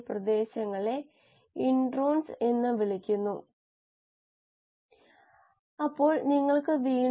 പിന്നെ നമ്മൾ വിശകലന മാർഗ്ഗങ്ങൾ നോക്കി